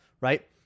Right